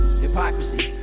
Hypocrisy